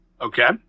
Okay